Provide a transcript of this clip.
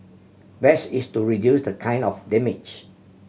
best is to reduce the kind of damage